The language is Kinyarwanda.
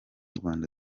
rwanda